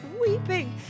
weeping